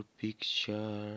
picture